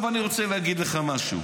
עכשיו אני רוצה להגיד לך משהו.